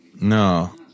No